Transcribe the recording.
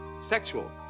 Sexual